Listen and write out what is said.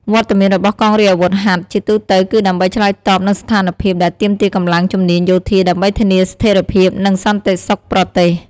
វត្តមានរបស់កងរាជអាវុធហត្ថជាទូទៅគឺដើម្បីឆ្លើយតបនឹងស្ថានភាពដែលទាមទារកម្លាំងជំនាញយោធាដើម្បីធានាស្ថេរភាពនិងសន្តិសុខប្រទេស។